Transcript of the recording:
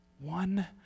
one